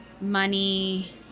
money